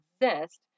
exist